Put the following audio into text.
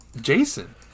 Jason